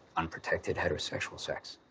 unprotected heterosexual sex.